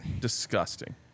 Disgusting